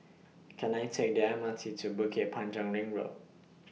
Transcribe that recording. Can I Take The M R T to Bukit Panjang Ring Road